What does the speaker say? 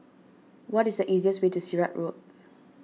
what is the easiest way to Sirat Road